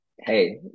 hey